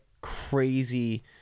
crazy